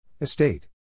Estate